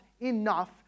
enough